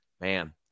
Man